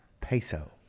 Peso